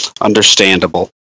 Understandable